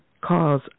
cause